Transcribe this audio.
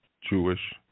Jewish